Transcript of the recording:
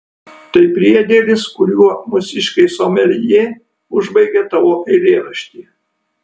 tai priedėlis kuriuo mūsiškiai someljė užbaigė tavo eilėraštį